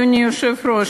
אדוני היושב-ראש,